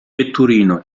vetturino